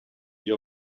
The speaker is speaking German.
ihr